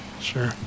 sure